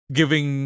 giving